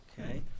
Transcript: Okay